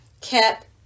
kept